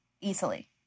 easily